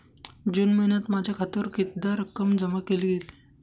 जून महिन्यात माझ्या खात्यावर कितीदा रक्कम जमा केली गेली?